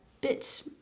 bit